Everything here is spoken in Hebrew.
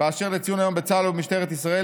באשר לציון היום בצה"ל ובמשטרת ישראל,